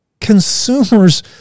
consumers